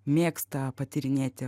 mėgsta patyrinėti